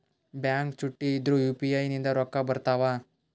Bank ಚುಟ್ಟಿ ಇದ್ರೂ UPI ನಿಂದ ರೊಕ್ಕ ಬರ್ತಾವಾ?